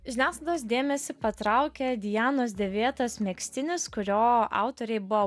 žiniasklaidos dėmesį patraukė dianos dėvėtas megztinis kurio autoriai buvo